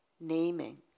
naming